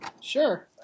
Sure